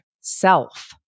self